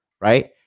right